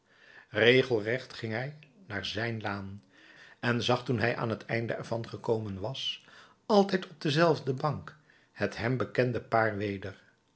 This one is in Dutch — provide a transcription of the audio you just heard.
regelrecht ging hij naar zijn laan en zag toen hij aan het einde ervan gekomen was altijd op dezelfde bank het hem bekende paar weder